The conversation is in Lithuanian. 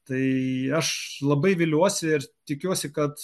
tai aš labai viliuosi ir tikiuosi kad